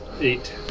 Eight